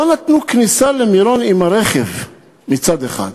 לא נתנו להיכנס למירון עם הרכב, מצד אחד,